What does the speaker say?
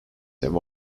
have